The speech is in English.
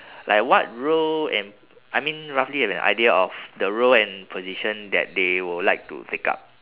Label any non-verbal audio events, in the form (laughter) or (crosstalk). (breath) like what role and I mean roughly have an idea of the role and position that they will like to take up